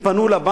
שכשהן פנו לבנק,